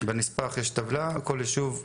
בנספח יש טבלה לכל יישוב,